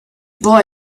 boy